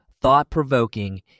thought-provoking